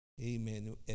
amen